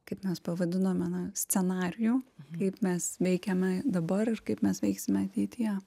kaip mes pavadinome na scenarijų kaip mes veikiame dabar ir kaip mes veiksime ateityje